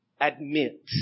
admit